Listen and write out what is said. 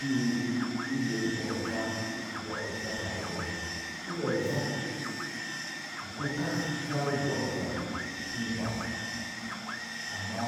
Ii yi e leek gó res ka paka rook er zak gó ka sə zaa go'ris zaz pi pa amma